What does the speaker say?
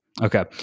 Okay